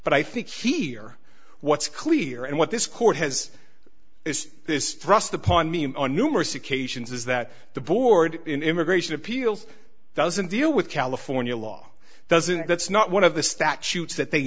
but i think here what's clear and what this court has is this thrust upon me and on numerous occasions is that the board in immigration appeals doesn't deal with california law doesn't that's not one of the statutes that they